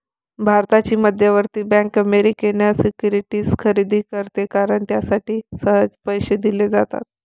भारताची मध्यवर्ती bank American securities खरेदी करते कारण त्यासाठी सहज पैसे दिले जातात